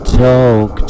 talk